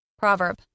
Proverb